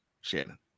Shannon